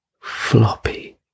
floppy